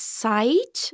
sight